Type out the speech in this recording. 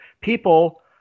people